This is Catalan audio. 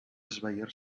esvair